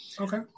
Okay